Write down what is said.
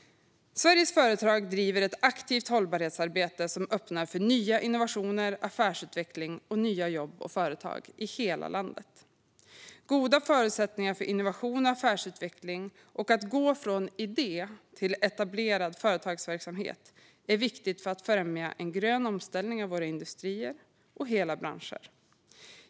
Sveriges företag driver ett aktivt hållbarhetsarbete som öppnar för nya innovationer, affärsutveckling och nya jobb och företag i hela landet. Goda förutsättningar för innovation och affärsutveckling och att gå från idé till etablerad företagsverksamhet är viktigt för att främja en grön omställning av våra industrier och hela branscher.